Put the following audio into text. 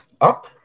up